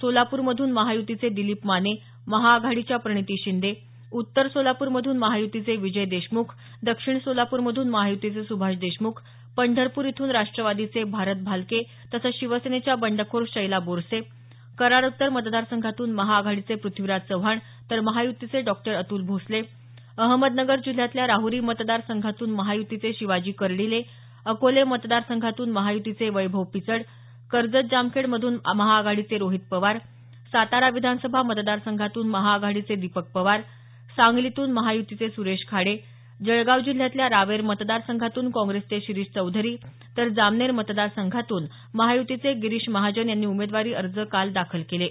सोलापूर मधून महायुतीचे दिलीप माने महाआघाडीच्या प्रणिती शिंदे उत्तर सोलापूर मधून महायुतीचे विजय देशमुख दक्षिण सोलापूरमधून महायुतीचे सुभाष देशमुख पंढरपूर इथून राष्ट्रवादीचे भारत भालके तसंच शिवसेनेच्या बंडखोर शैला बोरसे कराड उत्तर मतदार संघातून महाआघाडीचे प्रथ्वीराज चव्हाण तर महायुतीचे डॉ अतुल भोसले अहमदनगर जिल्ह्यातल्या राहरी मतदार संघातून महायुतीचे शिवाजी कर्डिले अकोले मतदारसंघातून महायुतीचे वैभव पिचड कर्जत जामखेड मधून महाआघाडीचे रोहित पवार सातारा विधानसभा मतदार संघातून महाआघाडीचे दीपक पवार सांगलीतून महायुतीचे सुरेश खाडे जळगाव जिल्ह्यातल्या रावेर मतदार संघातून काँग्रेसचे शिरीष चौधरी तर जामनेर मतदार संघातून महायुतीचे गिरीश महाजन यांनी उमेदवारी अर्ज दाखल केले आहेत